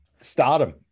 Stardom